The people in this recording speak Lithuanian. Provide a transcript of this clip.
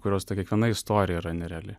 kurios ta kiekviena istorija yra nereali